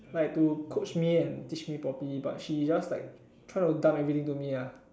like to coach me and teach me properly but she just like try to dump everything to me ah